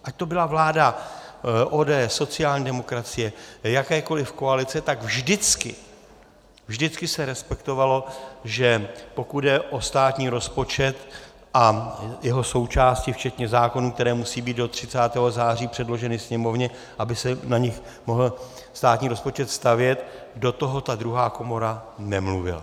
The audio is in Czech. Ať to byla vláda ODS, sociální demokracie, jakékoli koalice, tak vždycky, vždycky se respektovalo, pokud jde o státní rozpočet a jeho součásti včetně zákonů, které musí být do 30. září předloženy Sněmovně, aby se na nich mohl státní rozpočet stavět, do toho ta druhá komora nemluvila.